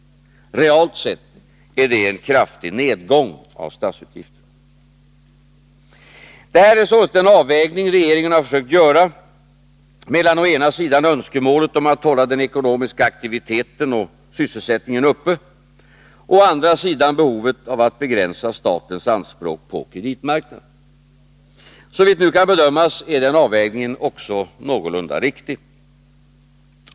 Realt sett är det en kraftig nedgång av statsutgifterna. Det här är således den avvägning regeringen har försökt göra mellan å ena sidan önskemålet om att hålla den ekonomiska aktiviteten och sysselsättningen uppe och å andra sidan behovet av att begränsa statens anspråk på kreditmarknaden. Såvitt nu kan bedömas är den avvägningen också någorlunda riktig.